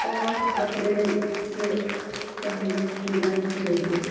ٲٹھ اپریل چھُ تِہنٛدیٚن شُریٚن برٕتھ ڈے